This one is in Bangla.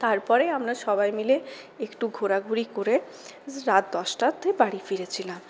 তারপরে আমরা সবাই মিলে একটু ঘোরাঘুরি করে রাত দশটাতে বাড়ি ফিরেছিলাম